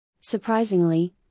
Surprisingly